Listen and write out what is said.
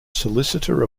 solicitor